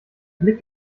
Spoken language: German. blick